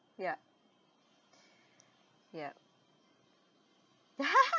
ya yup